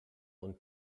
und